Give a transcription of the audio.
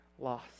loss